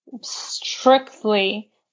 strictly